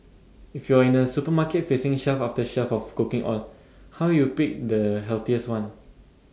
if you are in A supermarket facing shelf after shelf of cooking oil how do you pick the healthiest one